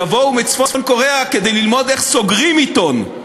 יבואו מצפון-קוריאה כדי ללמוד איך סוגרים עיתון,